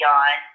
on